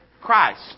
Christ